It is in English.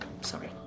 Sorry